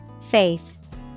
Faith